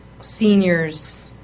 seniors